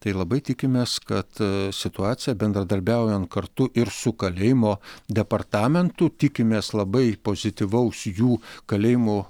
tai labai tikimės kad situacija bendradarbiaujant kartu ir su kalėjimo departamentu tikimės labai pozityvaus jų kalėjimų